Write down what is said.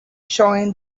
showing